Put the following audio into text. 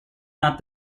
not